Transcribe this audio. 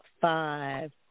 five